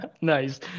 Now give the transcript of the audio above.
Nice